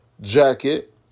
jacket